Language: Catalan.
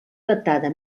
datada